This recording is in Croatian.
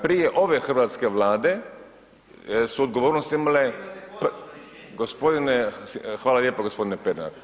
Prije ove hrvatske Vlade, suodgovornost imala je … [[Upadica se ne čuje.]] gospodine, hvala lijepo gospodine Pernar.